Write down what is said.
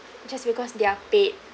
just because they're paid